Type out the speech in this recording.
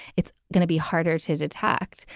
it's going to be harder to detect.